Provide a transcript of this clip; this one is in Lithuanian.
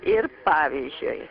ir pavyzdžiui